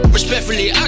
Respectfully